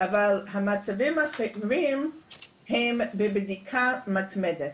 אבל המצבים האחרים הם בבדיקה מתמדת,